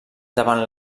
davant